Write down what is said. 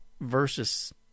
versus